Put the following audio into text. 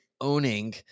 owning